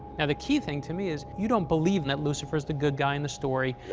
and the key thing to me is, you don't believe that lucifer's the good guy in the story.